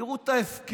תראו את ההפקרות,